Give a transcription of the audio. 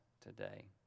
today